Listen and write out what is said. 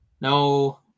No